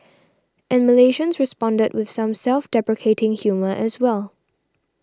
and Malaysians responded with some self deprecating humour as well